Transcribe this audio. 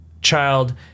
child